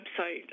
website